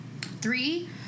Three